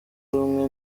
rumwe